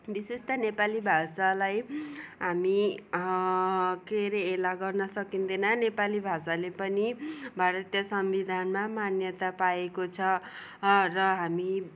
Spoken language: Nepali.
विशेषतः नेपाली भाषालाई हामी के अरे हेला गर्न सकिँदैन नेपाली भाषाले पनि भारतीय संविधानमा मान्यता पाएको छ र हामी